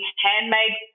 handmade